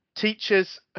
Teachers